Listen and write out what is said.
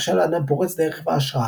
נחשב לאדם פורץ דרך והשראה,